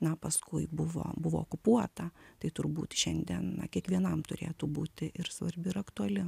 na paskui buvo buvo okupuota tai turbūt šiandien na kiekvienam turėtų būti ir svarbi ir aktuali